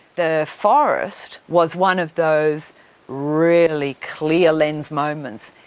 the forest was one of those really clear lens moments.